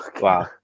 wow